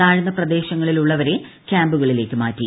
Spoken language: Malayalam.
താഴ്ന്ന പ്രദേശങ്ങളിലുള്ളവരെ ക്യാമ്പുകളിലേക്ക് മാറ്റി